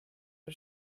der